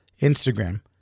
Instagram